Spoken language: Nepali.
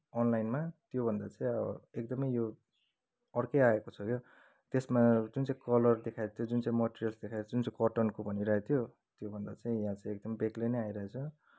अनलाइनमा त्यो भन्दा चाहिँ अब एकदमै यो अर्कै आएको छ क्या त्यसमा जुन चाहिँ कलर देखाइरहेको थियो जुन चाहिँ मेटेरियल्स देखाइरहेको थियो जुन चाहिँ कटनको भनिरहेको थियो त्यो भन्दा चाहिँ यहाँ चाहिँ एकदम बेग्लै नै आइरहेको छ